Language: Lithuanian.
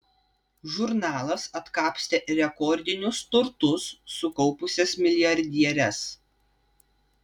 žurnalas atkapstė rekordinius turtus sukaupusias milijardieres